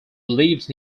lived